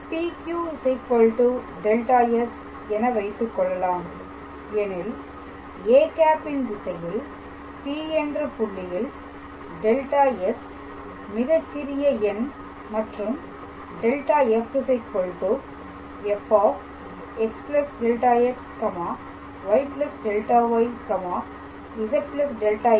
PQ δs என வைத்துக்கொள்ளலாம் எனில் â ன் திசையில் P என்ற புள்ளியில் δs மிகச்சிறிய எண் மற்றும் δf fx δxy δyz δz − fxyz